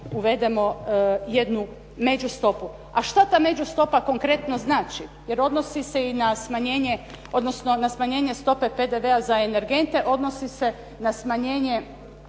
uvedemo jednu međustopu. A što ta međustopa konkretno znači jer odnosi se i na smanjenje stope PDV-a za energente, odnosi se na smanjenje